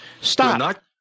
Stop